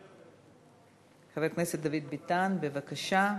חבר הכנסת דוד ביטן, בבקשה.